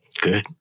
Good